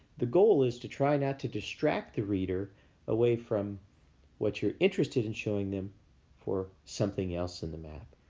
the goal is to try not to distract the reader away from what you're interested in showing them for something else in the map.